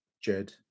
Jed